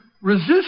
resist